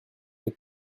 les